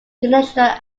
international